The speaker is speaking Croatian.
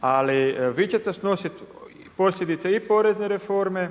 Ali vi ćete snosit posljedice i porezne reforme